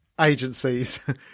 agencies